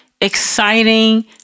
exciting